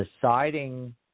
deciding